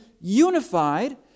unified